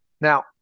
now